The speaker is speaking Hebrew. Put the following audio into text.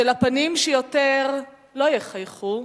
של הפנים שיותר לא יחייכו,